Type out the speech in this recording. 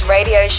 Radio